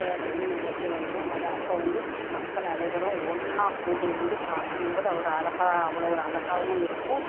தேர் வந்து நிலைக்கி வந்துடும் அதை அப்போது வந்து மக்கள் அனைவரும் ஒன்னாக கூடி இருந்து பாக்கும்போது ஒரு அழகா அவ்வளோ ஒரு அழகாவும் இருக்கும்